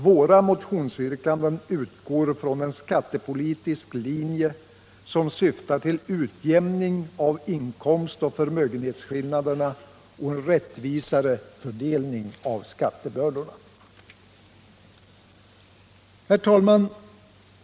Våra motionsyrkanden utgår från en skattepolitisk linje som syftar till utjämning av inkomstoch förmögenhetsskillnaderna och en rättvisare fördelning av skattebördorna. Herr talman!